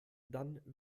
dann